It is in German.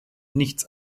nichts